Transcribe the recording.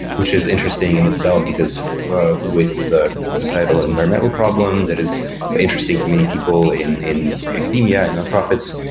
which is interesting in itself, because food waste is a societal and environmental problem that is interesting to many people in in academia and nonprofits.